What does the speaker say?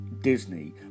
Disney